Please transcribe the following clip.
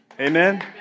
Amen